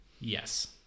Yes